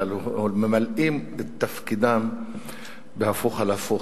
אלא ממלאות את תפקידן בהפוך על הפוך.